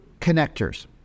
connectors